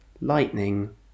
Lightning